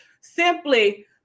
Simply